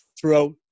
throughout